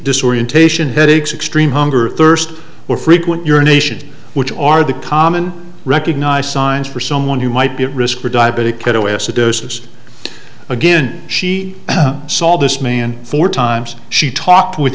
disorientation headaches extreme hunger thirst or frequent urination which are the common recognize signs for someone who might be at risk for diabetic ketoacidosis again she saw this man four times she talked with